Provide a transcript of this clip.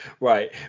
Right